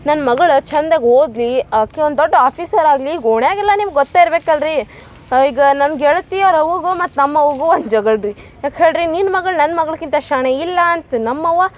ನನ್ನ ಮಗಳ ಛಂದಾಗಿ ಓದಲಿ ಅಕೆ ಒಂದು ದೊಡ್ಡ ಆಫೀಸರ್ ಆಗಲಿ ಓಣ್ಯಾಗೆ ಎಲ್ಲ ನಿಮ್ಗ ಗೊತ್ತೆ ಇರ್ಬೇಕು ಅಲ್ರೀ ಈಗ ನನ್ನ ಗೆಳತಿ ಅವ್ರ ಅವ್ವಗು ಮತ್ತೆ ನಮ್ಮವ್ವಗು ಒಂದು ಜಗಳ ರೀ ಯಾಕೆ ಹೇಳ್ರಿ ನಿನ್ನ ಮಗಳು ನನ್ನ ಮಗಳಿಗಿಂತ ಶಾಣೆ ಇಲ್ಲ ಅಂತ ನಮ್ಮವ್ವ